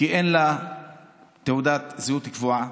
כי אין לה תעודת זהות קבועה.